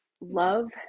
love